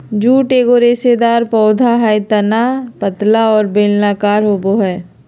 jute एगो रेशेदार पौधा हइ तना पतला और बेलनाकार होबो हइ